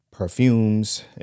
perfumes